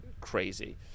crazy